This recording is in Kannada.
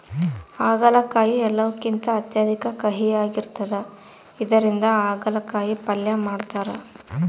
ಆಗಲಕಾಯಿ ಎಲ್ಲವುಕಿಂತ ಅತ್ಯಧಿಕ ಕಹಿಯಾಗಿರ್ತದ ಇದರಿಂದ ಅಗಲಕಾಯಿ ಪಲ್ಯ ಮಾಡತಾರ